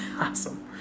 Awesome